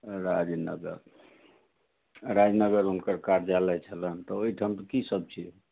आयँ राजनगर राजनगर हुनकर कार्यालय छलनि तऽ ओहिठाम की सब छै